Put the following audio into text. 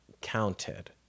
counted